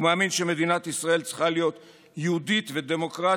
ומאמין שמדינת ישראל צריכה להיות יהודית ודמוקרטית,